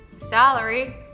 salary